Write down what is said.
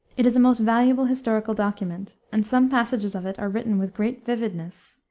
it is a most valuable historical monument, and some passages of it are written with great vividness,